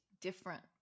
different